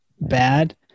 bad